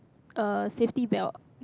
a safety belt